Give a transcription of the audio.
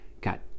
got